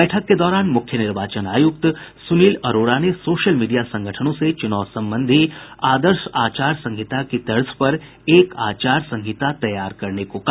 बैठक के दौरान मुख्य निर्वाचन आयुक्त सुनील अरोड़ा ने सोशल मीडिया संगठनों से चुनाव संबंधी आदर्श आचार संहिता की तर्ज पर एक आचार संहिता तैयार करने को कहा